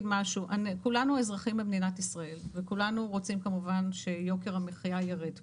כולנו אזרחים במדינת ישראל וכולנו רוצים כמובן שיוקר המחיה ירד כאן.